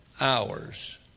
hours